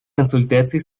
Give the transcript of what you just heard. консультации